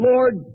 Lord